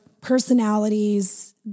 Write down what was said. personalities